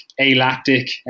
alactic